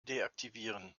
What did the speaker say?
deaktivieren